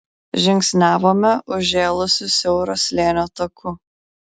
žingsniavome užžėlusiu siauro slėnio taku